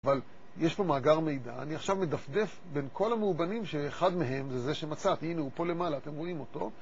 אבל יש פה מאגר מידע, אני עכשיו מדפדף בין כל המאובנים שאחד מהם זה זה שמצאתי, הנה הוא פה למעלה אתם רואים אותו